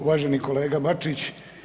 Uvaženi kolega Bačić.